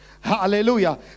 hallelujah